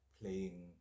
playing